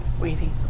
Waiting